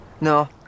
no